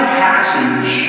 passage